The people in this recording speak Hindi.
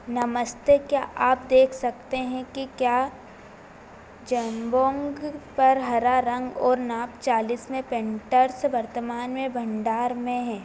नमस्ते क्या आप देख सकते हैं कि क्या जम्बोंग पर हरा रंग ओर नाप चालीस में पैन्टर्स वर्तमान में भंडार में हैं